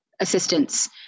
assistance